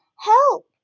Help